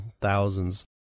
thousands